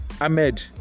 Ahmed